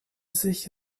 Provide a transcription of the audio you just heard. sich